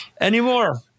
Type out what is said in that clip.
anymore